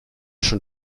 schon